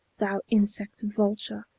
thou insect vulture,